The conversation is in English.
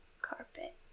Carpet